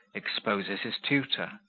exposes his tutor,